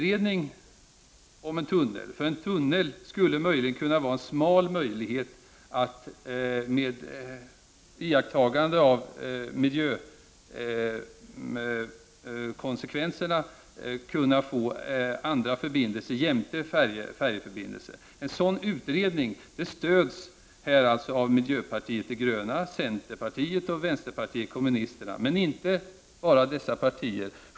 En tunnel skulle kunna vara en smal möjlighet, med iakttagande av miljökonsekvenserna, till andra förbindelser jämte färjeförbindelser. En utredning om en tunnel stöds av miljöpartiet de gröna, centerpartiet och vpk, men inte bara av dessa partier.